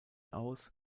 aus